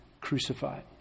crucified